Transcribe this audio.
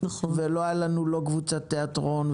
ולא היו לנו לא קבוצת תיאטרון,